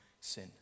sin